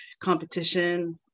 competition